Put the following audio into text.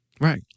right